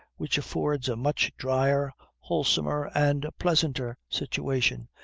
which affords a much dryer, wholesomer, and pleasanter situation,